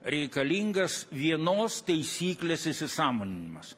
reikalingas vienos taisyklės įsisąmoninimas